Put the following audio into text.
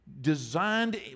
designed